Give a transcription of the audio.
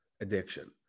addiction